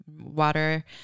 water